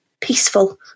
peaceful